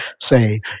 say